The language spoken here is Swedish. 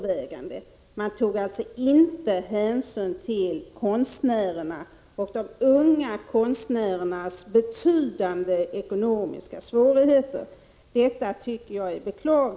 Jag yrkar bifall till utskottets hemställan.